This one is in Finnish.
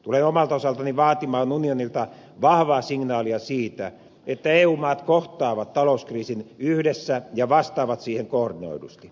tulen omalta osaltani vaatimaan unionilta vahvaa signaalia siitä että eu maat kohtaavat talouskriisin yhdessä ja vastaavat siihen koordinoidusti